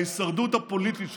בהישרדות הפוליטית שלכם.